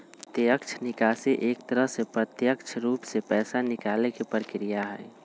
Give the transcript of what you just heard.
प्रत्यक्ष निकासी एक तरह से प्रत्यक्ष रूप से पैसा निकाले के प्रक्रिया हई